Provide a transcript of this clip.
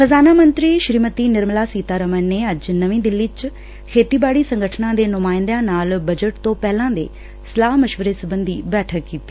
ਖ਼ਜਾਨਾ ਮੰਤਰੀ ਸ੍ਰੀਮਤੀ ਨਿਰਮਲਾ ਸੀਤਾਰਮਨ ਨੇ ਅੱਜ ਨਵੀਂ ਦਿੱਲੀ ਚ ਖੇਤੀਬਾੜੀ ਸੰਗਠਨਾਂ ਦੇ ਨੁਮਾਂਇੰਦਿਆਂ ਨਾਲ ਬਜਟ ਤੋ ਪਹਿਲਾਂ ਦੇ ਸਲਾਹ ਮਸ਼ਵਰੇ ਸਬੰਧੀ ਬੈਠਕ ਕੀਡੀ